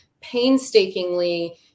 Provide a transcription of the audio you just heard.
painstakingly